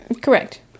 Correct